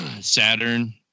Saturn